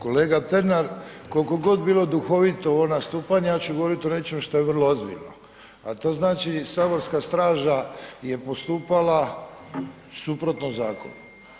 Kolega Pernar koliko god bilo duhovito ovo nastupanje, ja ću govoriti o nečem što je vrlo ozbiljno, a to znači saborska straža je postupala suprotno zakonu.